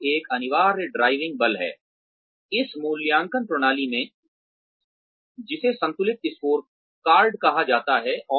लाभ एक अनिवार्य ड्राइविंग बल है इस मूल्यांकन प्रणाली में जिसे संतुलित स्कोरकार्ड कहा जाता है